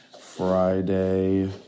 Friday